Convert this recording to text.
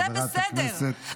זה, בסדר.